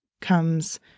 comes